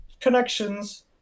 connections